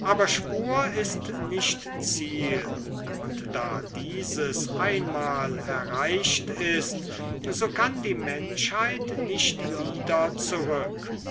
aber spur ist nicht ziel und da dieses einmal erreicht ist so kann die menschheit nicht wieder zurück